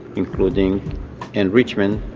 including enrichment,